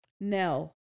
Nell